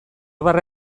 barra